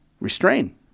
restrain